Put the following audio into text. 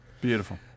beautiful